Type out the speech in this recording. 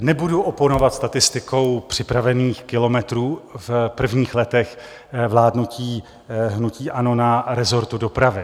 Nebudu oponovat statistikou připravených kilometrů v prvních letech vládnutí hnutí ANO na resortu dopravy.